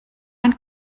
ein